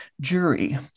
jury